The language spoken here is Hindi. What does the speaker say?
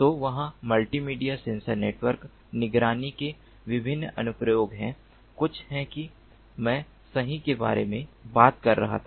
तो वहाँ मल्टीमीडिया सेंसर नेटवर्क निगरानी के विभिन्न अनुप्रयोग हैं कुछ है कि मैं सही के बारे में बात कर रहा था